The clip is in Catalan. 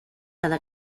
cada